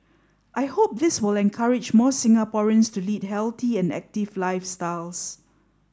I hope this will encourage more Singaporeans to lead healthy and active lifestyles